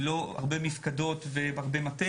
לא הרבה מפקדות ומטות,